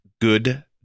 good